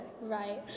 Right